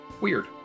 weird